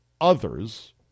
others